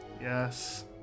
yes